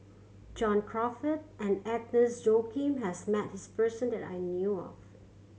John Crawfurd and Agnes Joaquim has met this person that I knew of